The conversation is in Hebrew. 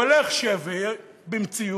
הוא הולך שבי במציאות,